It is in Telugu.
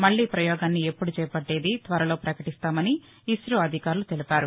మల్లీ ఈ ప్రయోగాన్ని ఎప్పుడు చేపట్టేది త్వరలో ప్రకటిస్తామని ఇస్టో అధికారులు తెలిపారు